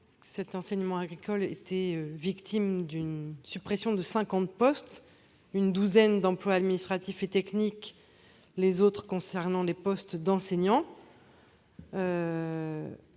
de l'enseignement agricole, qui est victime d'une suppression de 50 postes : une douzaine d'emplois administratifs et techniques, le reste concernant des postes d'enseignants.